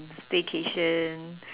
stay cation